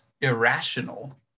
irrational